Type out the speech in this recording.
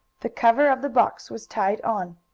the cover of the box was tied on,